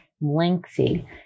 lengthy